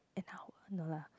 an hour no lah